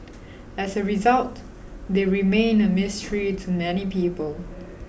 as a result they remain a mystery to many people